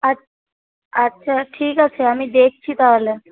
আচ্ছা আচ্ছা ঠিক আছে আমি দেখছি তাহলে